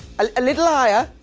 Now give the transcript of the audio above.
a little higher,